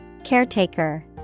Caretaker